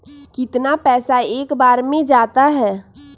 कितना पैसा एक बार में जाता है?